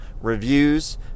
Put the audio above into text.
Reviews